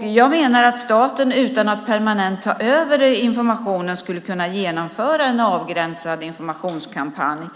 Jag menar att staten utan att permanent ta över informationen skulle kunna genomföra en avgränsad informationskampanj.